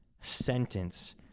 sentence